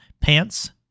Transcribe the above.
pants